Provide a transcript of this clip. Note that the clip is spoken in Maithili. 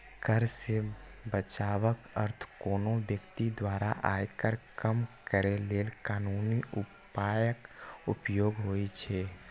कर सं बचावक अर्थ कोनो व्यक्ति द्वारा आयकर कम करै लेल कानूनी उपायक उपयोग होइ छै